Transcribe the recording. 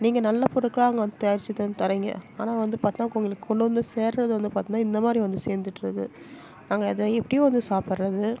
நீங்கள் நல்ல பொருட்களாக அங்கே வந்து தயாரிச்சுட்டு வந்து தர்றீங்க ஆனால் வந்து பார்த்திங்கனா உங்களுக்கு கொண்டு வந்து சேர்றது வந்து பார்த்திங்கனா இந்த மாதிரி வந்து சேர்ந்துட்டு இருக்குது நாங்கள் அதை எப்படி வந்து சாப்பிட்றது